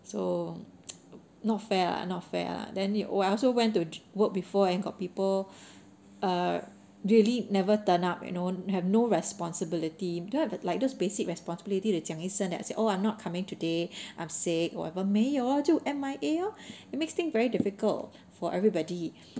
so not fair ah not fair ah then you I also went to work before and got people err really never turn up you know have no responsibility don't have the like those basic responsibility to 讲一声:jiang yi shengng that say oh I'm not coming today I'm sick whatever 没有就 M_I_A lor it makes thing very difficult for everybody